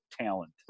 talent